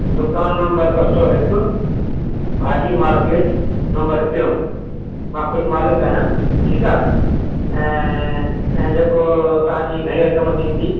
दुकानु नंबर ॿ सौ हिकु भाॼी मार्केट नंबर टियों मां ख़ुद मालिक आहियां ठीकु आहे ऐं ऐं जेको तव्हां जी घणी रक़म थींदी